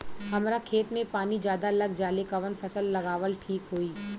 हमरा खेत में पानी ज्यादा लग जाले कवन फसल लगावल ठीक होई?